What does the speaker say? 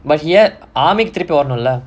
but நீயே:neeyae army திருப்பி வருனுல:thiruppi varunula